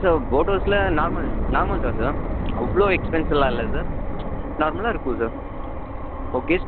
sir போட்ஹவுஸில் normal normal தான் sir அவ்வளோ எக்ஸ்பென்சிவலாம் இல்லை சார் நார்மலாக இருக்கும் சார் ஓ கெஸ்ட்